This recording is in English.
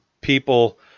people